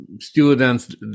students